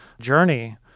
journey